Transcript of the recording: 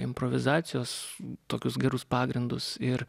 improvizacijos tokius gerus pagrindus ir